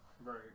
right